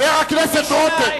חבר הכנסת רותם,